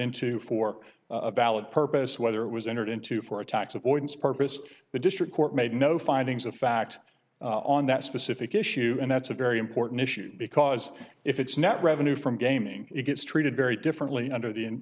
into for a ballot purpose whether it was entered into for tax avoidance purpose the district court made no findings of fact on that specific issue and that's a very important issue because if it's not revenue from gaming it gets treated very differently under the